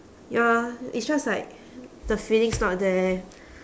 ya it's just like the feeling's not there